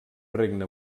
regne